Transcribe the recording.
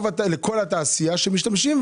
לכל התעשייה שמשתמשים.